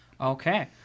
Okay